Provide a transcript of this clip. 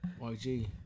YG